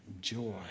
joy